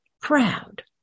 Proud